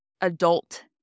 adult